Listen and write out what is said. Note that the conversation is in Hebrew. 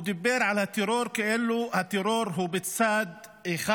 הוא דיבר על הטרור כאילו הטרור הוא בצד אחד,